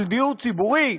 של דיור ציבורי,